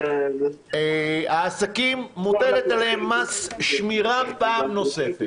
על העסקים מוטל מס שמירה פעם נוספת.